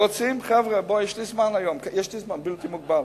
יש לי זמן בלתי מוגבל.